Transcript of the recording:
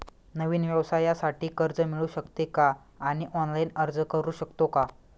नवीन व्यवसायासाठी कर्ज मिळू शकते का आणि ऑनलाइन अर्ज करू शकतो का?